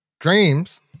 Dreams